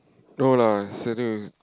no lah setting is